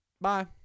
bye